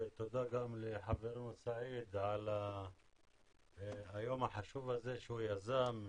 תודה גם לחברנו סעיד על היום החשוב הזה שהוא יזם,